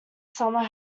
summer